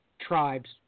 tribes